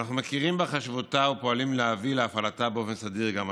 ואנחנו מכירים בחשיבותה ופועלים להביא להפעלתה באופן סדיר גם השנה.